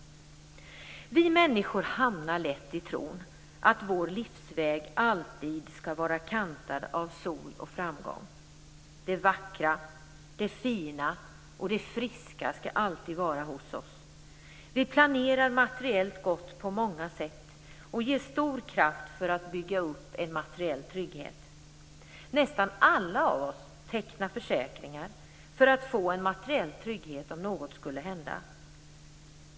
Vi människor hamnar lätt i tron att vår livsväg alltid skall vara kantad av sol och framgång. Det vackra, det fina och det friska skall alltid vara hos oss. Vi planerar materiellt gott på många sätt och ägnar stor kraft åt att bygga upp en materiell trygghet. Nästan alla av oss tecknar försäkringar för att ha en materiell trygghet om något skulle hända.